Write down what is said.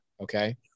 Okay